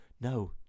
no